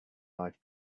life